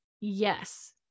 yes